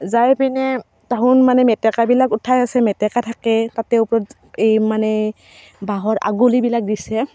যাই পিনে তাহোঁন মানে মেটেকাবিলাক উঠাই আছে মেটেকা থাকে তাতে ওপৰত এই মানে বাঁহৰ আগলিবিলাক দিছে